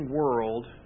world